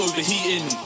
Overheating